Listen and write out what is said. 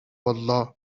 боллоо